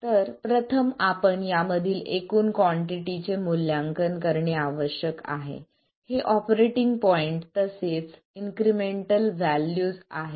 तर प्रथम आपण यामधील एकूण कॉन्टिटी चे मूल्यांकन करणे आवश्यक आहे हे ऑपरेटिंग पॉईंट तसेच इन्क्रिमेंटल व्हॅल्यूज आहे